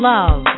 Love